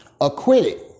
acquitted